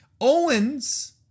Owens